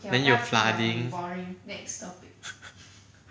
then you flooding